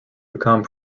become